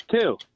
Two